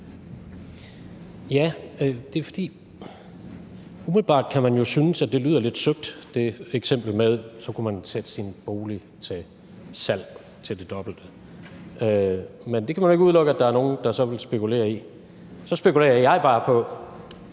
Jens Rohde (RV): Umiddelbart kan man jo synes, at det eksempel med, at man så kunne sætte sin bolig til salg til det dobbelte, lyder lidt søgt. Men det kan man jo ikke udelukke at der er nogen der vil spekulere i. Så spekulerer jeg bare på,